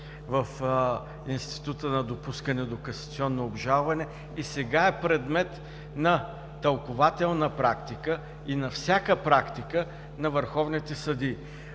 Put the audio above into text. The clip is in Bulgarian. в института на допускане до касационно обжалване и сега е предмет на тълкувателна практика и на всяка практика на върховните съдии.